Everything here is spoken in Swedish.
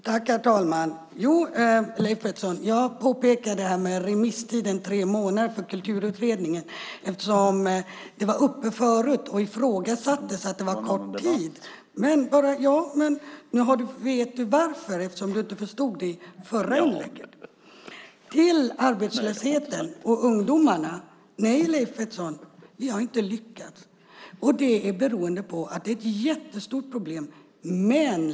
Herr talman! Jo, Leif Pettersson, jag nämnde remisstiden tre månader för Kulturutredningen eftersom det var uppe tidigare att det var kort tid. Nu vet du varför. Du förstod det ju inte i det förra inlägget. När det gäller ungdomarna och arbetslösheten har vi inte lyckats. Det beror på att det är ett jättestort problem.